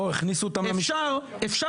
אפשר